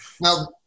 Now